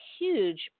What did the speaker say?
huge